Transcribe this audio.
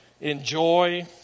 enjoy